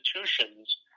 institutions